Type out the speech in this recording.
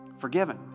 Forgiven